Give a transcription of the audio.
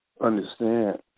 understand